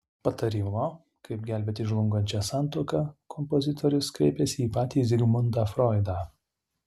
patarimo kaip gelbėti žlungančią santuoką kompozitorius kreipėsi į patį zigmundą froidą